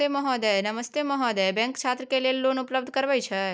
नमस्ते महोदय, बैंक छात्र के लेल लोन उपलब्ध करबे छै?